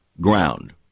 ground